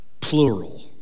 plural